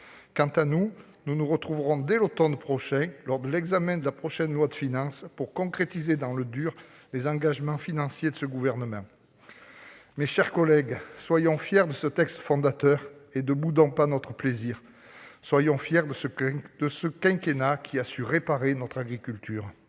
Quant à nous, nous nous retrouverons dès l'automne prochain, lors de l'examen de la prochaine loi de finances pour concrétiser dans le dur les engagements financiers de ce gouvernement. Mes chers collègues, soyons fiers de ce texte fondateur et ne boudons pas notre plaisir. Soyons fiers de ce quinquennat qui a su réparer notre agriculture.